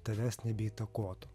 tavęs nebeįtakotų